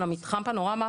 של מתחם פנורמה,